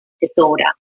disorder